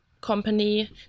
company